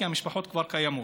כי המשפחות כבר קיימות.